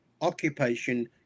occupation